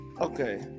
Okay